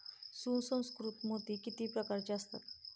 सुसंस्कृत मोती किती प्रकारचे असतात?